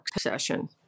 session